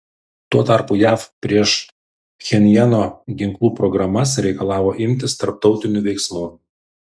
tuo tarpu jav prieš pchenjano ginklų programas reikalavo imtis tarptautinių veiksmų